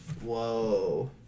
Whoa